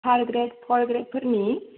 tart grade पर ग्रेडफोरनि